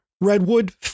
redwood